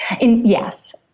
Yes